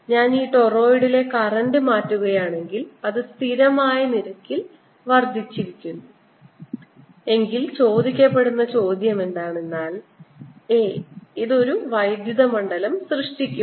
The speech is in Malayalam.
ഞാൻ ഈ ടോറോയിഡിലെ കറന്റ് മാറ്റുകയാണെങ്കിൽ അത് സ്ഥിരമായ നിരക്കിൽ വർദ്ധിക്കുന്നു എങ്കിൽ ചോദിക്കപ്പെടുന്ന ചോദ്യം a ഇത് ഒരു വൈദ്യുത മണ്ഡലം സൃഷ്ടിക്കുമോ